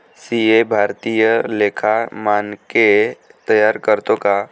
CA भारतीय लेखा मानके तयार करतो का